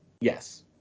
yes